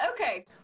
Okay